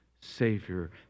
Savior